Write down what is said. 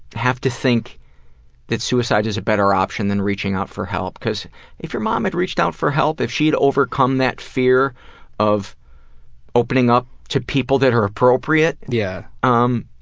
have to think that suicide is a better option than reaching out for help. because if your mom had reached out for help, if she had overcome that fear of opening up to people that are appropriate, yeah um